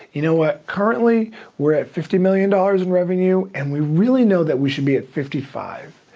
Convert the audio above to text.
you know what, currently we're at fifty million dollars in revenue and we really know that we should be at fifty five.